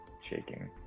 Shaking